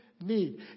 need